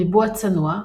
ריבוע צנוע,